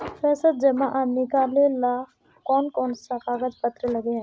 पैसा जमा आर निकाले ला कोन कोन सा कागज पत्र लगे है?